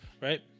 right